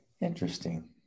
Interesting